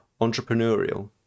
entrepreneurial